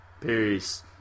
peace